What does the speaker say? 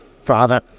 father